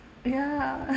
ya